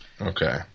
Okay